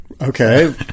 Okay